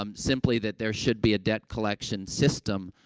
um simply that there should be a debt collection system,